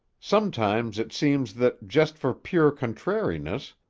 sometimes it seems that, just for pure contrariness,